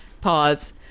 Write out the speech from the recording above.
pause